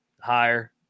higher